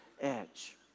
edge